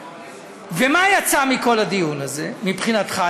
ומה יצא מכל הדיון הזה מבחינתך?